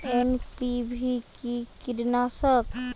NPV কি কীটনাশক?